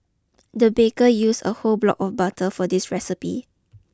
the baker use a whole block of butter for this recipe